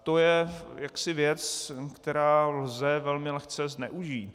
To je jaksi věc, kterou lze velmi lehce zneužít.